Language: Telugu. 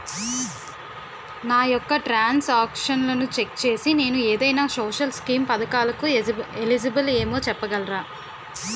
నా యెక్క ట్రాన్స్ ఆక్షన్లను చెక్ చేసి నేను ఏదైనా సోషల్ స్కీం పథకాలు కు ఎలిజిబుల్ ఏమో చెప్పగలరా?